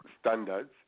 standards